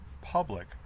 public